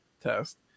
test